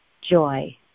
joy